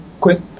quit